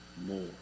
more